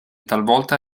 talvolta